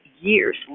years